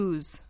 Use